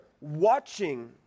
watching